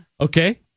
Okay